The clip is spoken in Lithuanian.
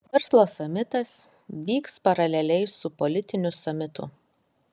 verslo samitas vyks paraleliai su politiniu samitu